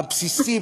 הבסיסי,